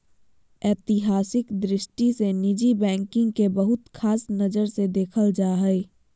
ऐतिहासिक दृष्टि से निजी बैंकिंग के बहुत ख़ास नजर से देखल जा हइ